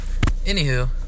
anywho